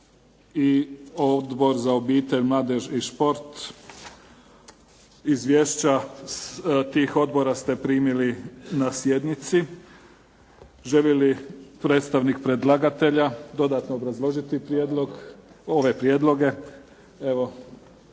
i Odbor za obitelj, mladež i šport. Izvješća tih odbora ste primili na sjednici. Želi li predstavnik predlagatelja dodatno obrazložiti prijedlog,